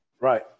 Right